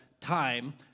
time